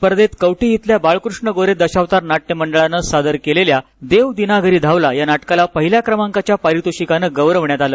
स्पर्धेत कवठी इथल्या बाळकृष्ण गोरे दशावतार नाट्य मंडळानं सादर केलेल्या देव दीनाघरी धावला या नाटकाला पहिल्या क्रमांकाच्या पारितोषिकानं गौरवण्यात आलं